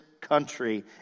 country